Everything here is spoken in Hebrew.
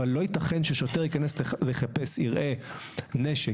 אבל לא יתכן ששוטר יכנס לחפש ויראה נשק,